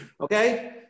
okay